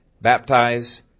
baptize